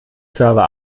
server